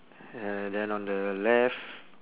and then on the left